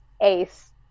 ace